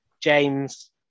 James